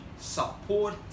support